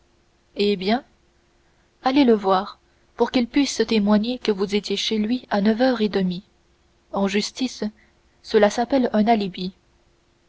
eh bien allez le voir pour qu'il puisse témoigner que vous étiez chez lui à neuf heures et demie en justice cela s'appelle un alibi